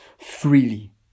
freely